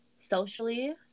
socially